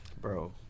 bro